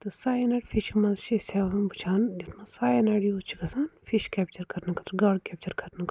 تہٕ cyanide fishing منٛز چھِ أسۍ ہیٚوان وٕچھان یَتھ منٛز سایَنڈ یوٗز چھِ گَژھان فِش کیپچَر کَرنہٕ خٲطرٕ گاڈ کیپچَر کَرنہٕ خٲطرٕ